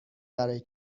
برای